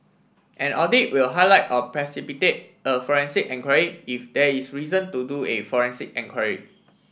an audit will highlight or precipitate a forensic enquiry if there is reason to do a forensic enquiry